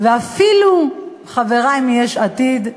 ואפילו חברי מיש עתיד.